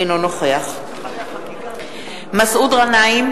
אינו משתתף בהצבעה מסעוד גנאים,